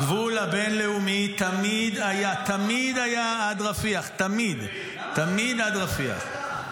הגבול הבין-לאומי תמיד היה, תמיד היה עד רפיח.